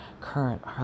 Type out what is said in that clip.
current